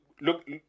look